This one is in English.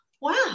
wow